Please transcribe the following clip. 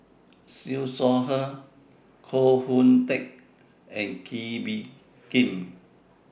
Siew Shaw Her Koh Hoon Teck and Kee Bee Khim